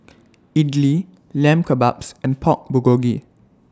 Idili Lamb Kebabs and Pork Bulgogi